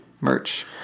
Merch